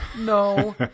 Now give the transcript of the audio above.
No